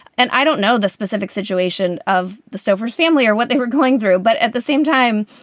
and i don't know the specific situation of the stover's family or what they were going through. but at the same time,